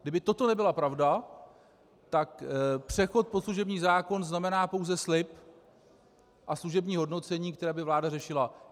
Kdyby toto nebyla pravda, tak přechod pod služební zákon znamená pouze slib a služební hodnocení, které by vláda řešila.